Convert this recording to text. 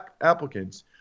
applicants